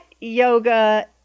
yoga